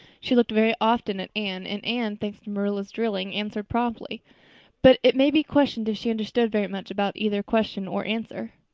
she looked very often at anne, and anne, thanks to marilla's drilling, answered promptly but it may be questioned if she understood very much about either question or answer.